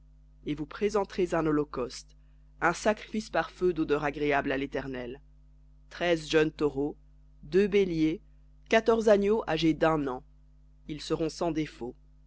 et vous présenterez un holocauste un sacrifice par feu d'odeur agréable à l'éternel treize jeunes taureaux deux béliers quatorze agneaux âgés d'un an ils seront sans défaut